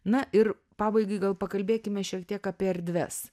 na ir pabaigai gal pakalbėkime šiek tiek apie erdves